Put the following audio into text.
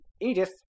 Edith